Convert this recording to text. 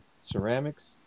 Ceramics